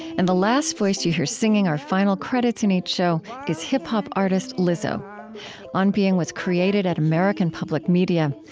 and the last voice that you hear singing our final credits in each show is hip-hop artist lizzo on being was created at american public media.